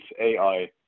AI